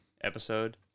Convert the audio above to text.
episode